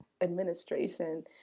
administration